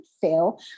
fail